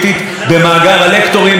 לפחות 200 איש.